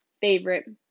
favorite